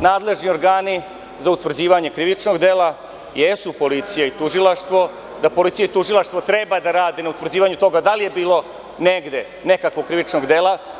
nadležni organi za utvrđivanje krivičnog dela jesu policija i tužilaštvo, da policija i tužilaštvo treba da rade na utvrđivanju toga da li je bilo negde nekakvog krivičnog dela.